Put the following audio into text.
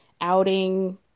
outing